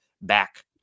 back